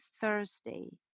Thursday